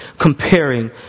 comparing